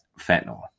fentanyl